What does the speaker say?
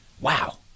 Wow